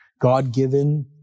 God-given